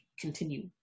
continue